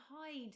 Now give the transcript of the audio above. hide